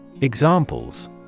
Examples